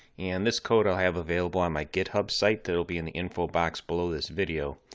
and this code i'll have available on my github site that will be in the info box below this video.